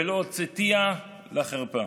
ולא הוצאתיה לחרפה.